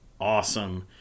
awesome